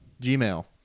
Gmail